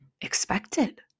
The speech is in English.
expected